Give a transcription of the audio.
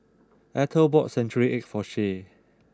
Ethel bought Century Egg for Shay